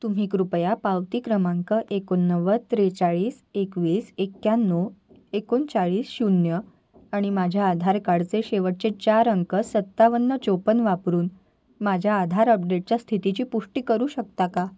तुम्ही कृपया पावती क्रमांक एकोणनव्वद त्रेचाळीस एकवीस एक्याण्णव एकोणचाळीस शून्य आणि माझ्या आधार कार्डचे शेवटचे चार अंक सत्तावन्न चोपन्न वापरून माझ्या आधार अपडेटच्या स्थितीची पुष्टी करू शकता का